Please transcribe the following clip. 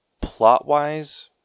Plot-wise